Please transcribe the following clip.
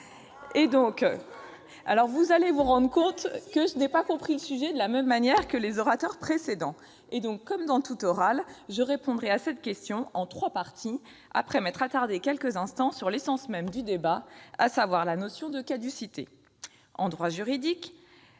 collègues, vous allez vous rendre compte que je n'ai pas compris le sujet de la même manière que les orateurs précédents. Comme dans tout oral, je répondrai à cette question en trois parties, après m'être attardée quelques instants sur l'essence même du débat, à savoir la notion de caducité. En droit, un acte